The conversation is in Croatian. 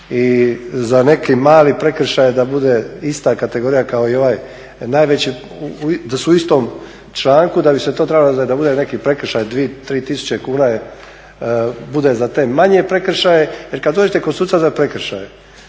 i za neki mali prekršaj da bude ista kategorija kao i ovaj da su u istom članku da bi to trebao biti neki prekršaj 2, 3 tisuće kuna bude za te manje prekršaje, jer kada dođete kod suca za prekršaje